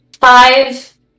five